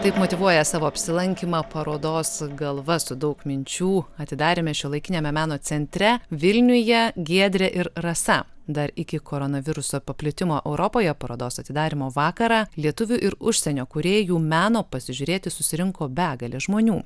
taip motyvuoja savo apsilankymą parodos galva su daug minčių atidaryme šiuolaikiniame meno centre vilniuje giedrė ir rasa dar iki koronaviruso paplitimo europoje parodos atidarymo vakarą lietuvių ir užsienio kūrėjų meno pasižiūrėti susirinko begalė žmonių